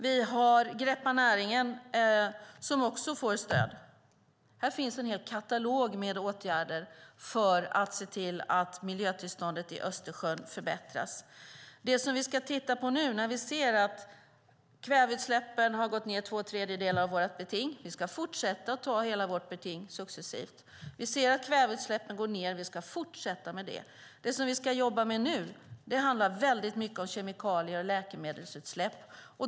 Vi har Greppa näringen, som också får stöd. Här finns en hel katalog med åtgärder för att se till miljötillståndet i Östersjön förbättras. Vi ser att kväveutsläppen har gått ned två tredjedelar av vårt beting. Vi ska fortsätta att fullgöra hela vårt beting successivt. Vi ser att kväveutsläppen går ned, och vi ska fortsätta med det. Det som vi ska jobba med nu handlar om kemikalie och läkemedelsutsläpp.